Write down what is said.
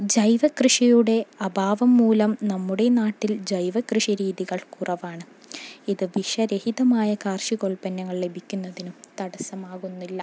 ജൈവ കൃഷിയുടെ അഭാവം മൂലം നമ്മുടെ നാട്ടിൽ ജൈവ കൃഷി രീതികൾ കുറവാണ് ഇത് വിഷരഹിതമായ കാർഷികൽപ്പന്നങ്ങൾ ലഭിക്കുന്നതിനും തടസ്സമാകുന്നില്ല